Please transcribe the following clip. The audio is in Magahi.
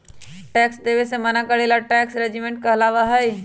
टैक्स देवे से मना करे ला टैक्स रेजिस्टेंस कहलाबा हई